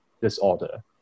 disorder